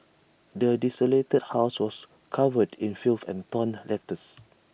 the desolated house was covered in filth and torn letters